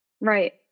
right